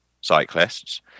cyclists